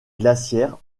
glaciaire